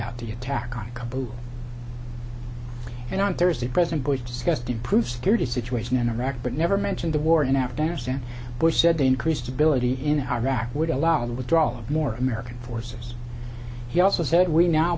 out the attack on a couple and on thursday president bush discussed improve security situation in iraq but never mention the war in afghanistan bush said the increased ability in iraq would allow the withdrawal of more american forces he also said we now